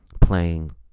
playing